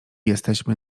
jesteśmy